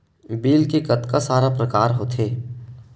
Bill के कतका सारा प्रकार होथे?